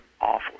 awful